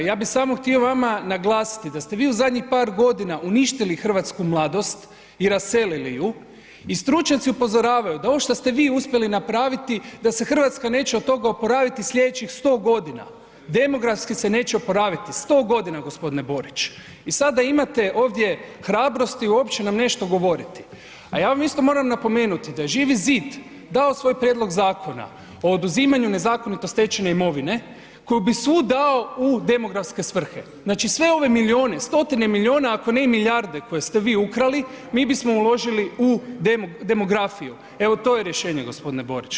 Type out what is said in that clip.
Ja bi samo htio vama naglasiti da ste vi u zadnjih par godina uništili hrvatsku mladost i raselili ju i stručnjaci upozoravaju da ovo što ste vi uspjeli napraviti da se RH od toga neće oporaviti slijedećih 100.g., demografski se neće oporaviti 100.g. g. Borić i sada imate ovdje hrabrosti uopće nam nešto govoriti, a ja vam isto moram napomenuti da je Živi zid dao svoj prijedlog zakona o oduzimanju nezakonito stečene imovine koju bi svu dao u demografske svrhe, znači sve ove milijune, stotine milijuna, ako ne i milijarde koje ste vi ukrali, mi bismo uložili u demografiju, evo to je rješenje g. Borić.